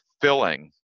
filling